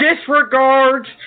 ...disregards